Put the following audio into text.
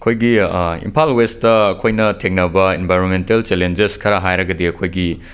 ꯑꯩꯈꯣꯏꯒꯤ ꯏꯝꯐꯥꯜ ꯋꯦꯁꯇ ꯑꯩꯈꯣꯏꯅ ꯊꯦꯡꯅꯕ ꯏꯟꯚꯥꯏꯔꯣꯃꯦꯟꯇꯦꯜ ꯆꯦꯂꯦꯟꯖꯦꯁ ꯈꯔ ꯍꯥꯏꯔꯒꯗꯤ ꯑꯩꯈꯣꯏꯒꯤ